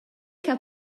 che